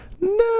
No